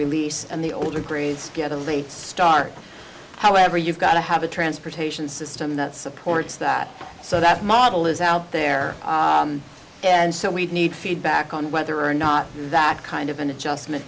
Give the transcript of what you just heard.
release and the old agrees get a late start however you've got to have a transportation system that supports that so that model is out there and so we need feedback on whether or not that kind of an adjustment